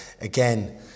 again